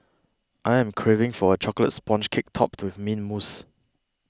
I am craving for a Chocolate Sponge Cake Topped with Mint Mousse